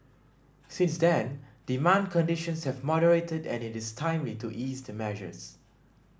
since then demand conditions have moderated and it is timely to ease the measures